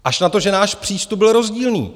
Až na to, že náš přístup byl rozdílný.